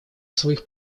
своих